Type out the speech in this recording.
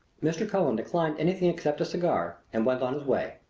mr. cullen declined anything except a cigar and went on his way.